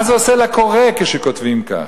מה זה עושה לקורא כשכותבים כך?